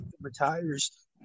retires